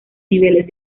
niveles